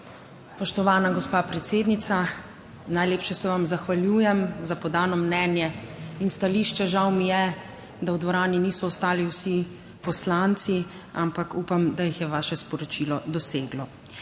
Spoštovana gospa predsednica, najlepše se vam zahvaljujem za podano mnenje in stališče. Žal mi je, da v dvorani niso ostali vsi poslanci, ampak upam, da jih je vaše sporočilo doseglo.